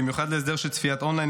במיוחד להסדר של צפיית און ליין,